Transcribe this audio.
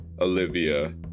Olivia